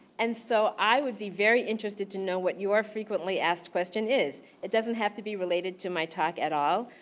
and so, i would be very interested to know what your frequently asked question is. it doesn't have to be related to my talk, at all.